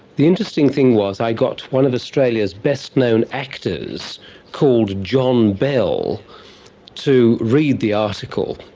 the interesting thing was i got one of australia's best-known actors called john bell to read the article,